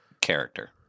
character